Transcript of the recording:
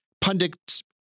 Pundits